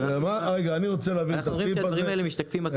אנחנו אומרים שהדברים האלה משתקפים בסוף.